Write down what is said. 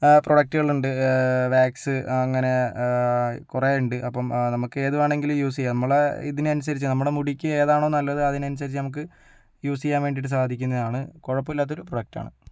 പ്രോഡക്റ്റ്കളുണ്ട് wax അങ്ങനെ കുറേയുണ്ട് അപ്പം നമുക്ക് ഏത് വേണമെങ്കിലും യൂസ് ചെയ്യാം നമ്മളെ ഇതനുസരിച്ചു നമ്മളുടെ മുടിക്ക് ഏതാണോ നല്ലത് അതിനനുസരിച്ച് നമുക്ക് യൂസ് ചെയ്യാൻ വേണ്ടി സാധിക്കുന്നതാണ് കുഴപ്പമില്ലാത്തൊരു പ്രോഡക്റ്റാണ്